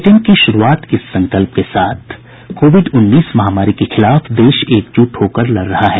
bulletin की शुरूआत इस संकल्प के साथ कोविड उन्नीस महामारी के खिलाफ देश एकजुट होकर लड़ रहा है